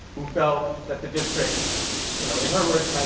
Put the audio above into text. who felt that the district you know in her words,